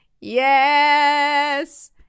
yes